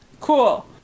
Cool